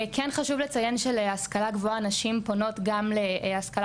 כן חשוב לציין של להשכלה גבוהה נשים פונות גם להשכלה